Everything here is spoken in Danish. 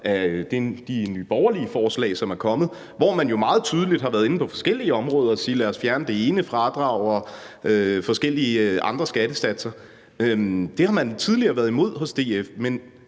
af de Nye Borgerlige-forslag, som er kommet, hvor man meget tydeligt har været inde på forskellige områder og sige: Lad os fjerne det ene fradrag og forskellige andre skattesatser. Det har man tidligere været imod i DF. Men